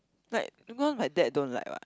like because my dad don't like what